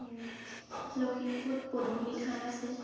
ও লখিমপুৰত পদুমণি থান আছে